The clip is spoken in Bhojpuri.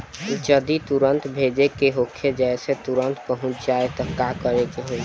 जदि तुरन्त भेजे के होखे जैसे तुरंत पहुँच जाए त का करे के होई?